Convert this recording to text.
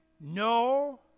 No